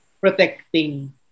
protecting